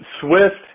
Swift